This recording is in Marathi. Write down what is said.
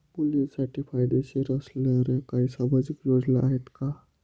मुलींसाठी फायदेशीर असणाऱ्या काही सामाजिक योजना आहेत का?